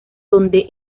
donde